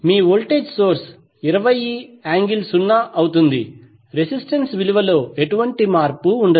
మీ voltage source 20∠0 అవుతుంది resistance విలువలో ఎటువంటి మార్పు ఉండదు